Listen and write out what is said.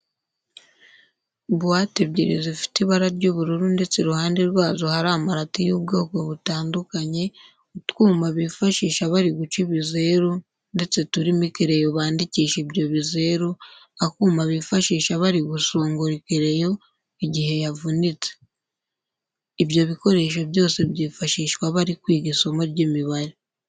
Buwate ebyiri zifite ibara ry'ubururu ndetse iruhande rwazo hari amarati y'ubwoko butandukanye, utwuma bifashisha bari guca ibizeru ndetse turimo ikereyo bandikisha ibyo bizeru, akuma bifashisha bari gusongora ikereyo igihe yavunitse. Ibyo bikoresho byose byifashishwa bari kwiga isomo ry'imibare.